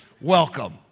Welcome